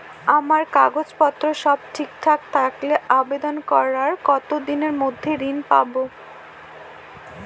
আমার কাগজ পত্র সব ঠিকঠাক থাকলে আবেদন করার কতদিনের মধ্যে ঋণ পাব?